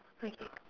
okay